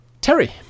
Terry